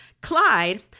Clyde